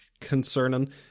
concerning